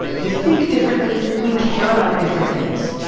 we think differently, we care about different things.